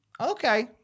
Okay